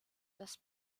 das